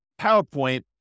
PowerPoint